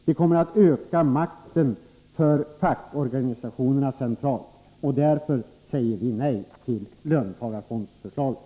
De kommer att öka makten för fackorganisationerna centralt. Därför säger vi nej till löntagarfondsförslaget.